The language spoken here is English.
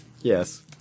Yes